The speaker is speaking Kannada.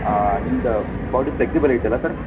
ನಿಮ್ದು ಬಾಡಿ ಫ್ಲೆಕ್ಸಿಬಲ್ ಐತಲ್ಲ ಸರ್ರ